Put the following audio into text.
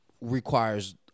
requires